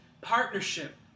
Partnership